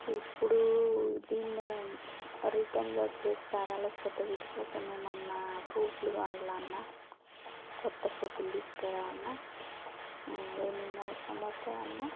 ఇదిప్పుడు దీన్నే రిటర్న్గా చేస్తారా లేకపోతే వీటి కోసం ఏమన్నా ప్రూఫులు కావాలా అన్నా కొత్త ప్రూఫులు తీసుకురావాల్నా ఏమేమి అవసరం పడుతాయి అన్నా